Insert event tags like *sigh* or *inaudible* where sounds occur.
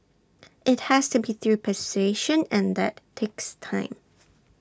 IT has to be through persuasion and that takes time *noise*